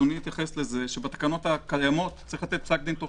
אדוני התייחס לזה שבתקנות הקיימות צריך לתת פסק דין תוך